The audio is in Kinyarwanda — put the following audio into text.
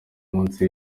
munsi